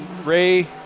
Ray